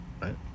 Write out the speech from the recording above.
right